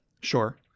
Sure